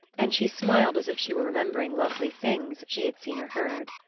and she smiled as if she were remembering lovely things she had seen or heard.